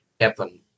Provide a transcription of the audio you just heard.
happen